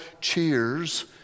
cheers